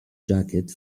jacket